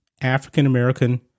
African-American